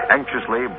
Anxiously